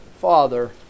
father